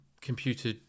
computer